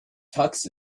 tux